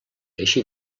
així